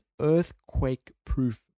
earthquake-proof